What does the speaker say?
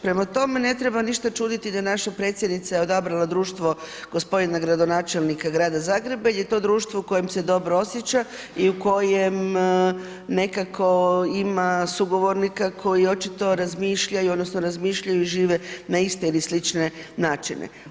Prema tome ne treba ništa čuditi da naša predsjednica je odabrala društvo gospodina gradonačelnika Grada Zagreba jer je to društvo u kojem se dobro osjeća i u kojem nekako ima sugovornika koji očito razmišljaju odnosno razmišljaju i žive na iste ili slične načine.